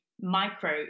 micro